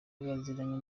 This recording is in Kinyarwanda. baziranye